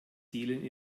zielen